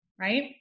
right